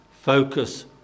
focus